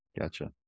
Gotcha